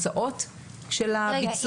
התוצאות של ההתייעצות ובהתאם לכך --- רגע,